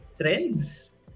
trends